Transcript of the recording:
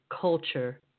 culture